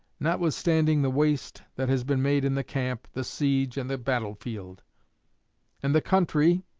notwithstanding the waste that has been made in the camp, the siege, and the battle-field and the country,